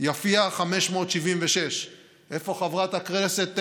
יפיע, 576. איפה חברת הכנסת סונדוס,